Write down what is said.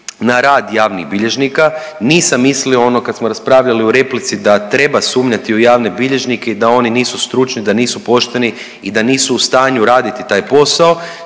na rad javnih bilježnika, nisam mislio ono kad smo raspravljali u replici da treba sumnjati u javne bilježnike i da oni nisu stručni, da nisu pošteni i da nisu u stanju raditi taj posao